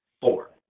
four